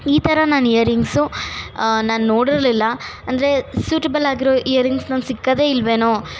ಈ ಥರ ನಾನು ಇಯರಿಂಗ್ಸು ನಾನು ನೋಡಿರಲಿಲ್ಲ ಅಂದರೆ ಸೂಟೆಬಲ್ ಆಗಿರೊ ಇಯರಿಂಗ್ಸ್ ನನ್ನ ಸಿಕ್ಕೋದೇ ಇಲ್ವೇನೋ